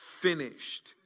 finished